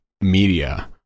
media